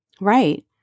Right